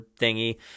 thingy